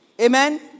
Amen